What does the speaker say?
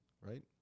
right